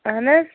اَہن حظ